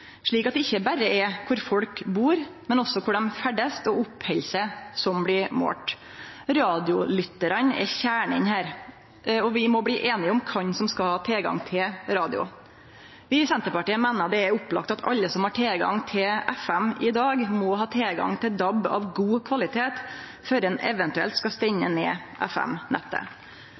slik at det ikkje berre er kvar folk bur, men også kvar dei ferdast og oppheld seg, som blir målt. Radiolyttarane er kjernen her. Og vi må bli einige om kven som skal ha tilgang til radio. Vi i Senterpartiet meiner det er opplagt at alle som har tilgang på FM i dag, må ha tilgang på DAB av god kvalitet før ein eventuelt skal stengje ned